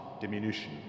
diminution